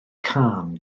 cân